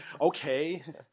Okay